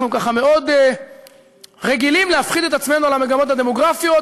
אנחנו ככה מאוד רגילים להפחיד את עצמנו מהמגמות הדמוגרפיות,